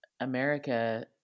America